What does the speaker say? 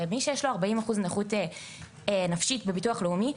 הרי מי שיש לו 40% נכות נפשית בביטוח לאומי,